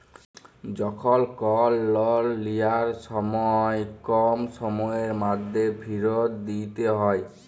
যখল কল লল লিয়ার সময় কম সময়ের ম্যধে ফিরত দিইতে হ্যয়